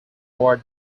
word